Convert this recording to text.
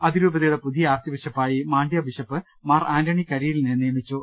അതിരൂപതയുടെ പുതിയ ആർച്ച് ബിഷ പ്പായി മാണ്ഡ്യ ബിഷപ്പ് മാർ ആന്റണി കരിയിലിനെ നിയമിച്ചു